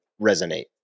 resonate